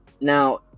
Now